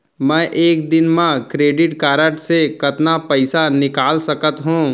मैं एक दिन म क्रेडिट कारड से कतना पइसा निकाल सकत हो?